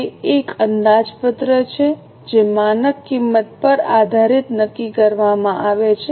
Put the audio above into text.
તે એક અંદાજપત્ર છે જે માનક કિંમત પર આધારિત નક્કી કરવામાં આવે છે